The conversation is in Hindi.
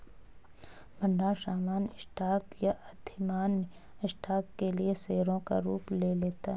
भंडार सामान्य स्टॉक या अधिमान्य स्टॉक के लिए शेयरों का रूप ले लेता है